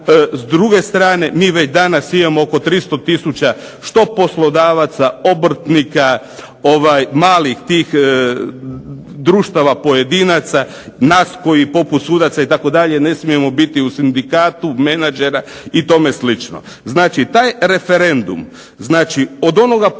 S druge strane, mi već danas imamo oko 300 tisuća što poslodavaca, obrtnika, malih tih društava, pojedinaca, nas koji poput sudaca itd. ne smijemo biti u sindikatu, menadžer i tome slično. Znači, taj referendum, znači od onoga početka